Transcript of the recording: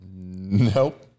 Nope